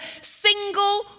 single